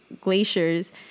glaciers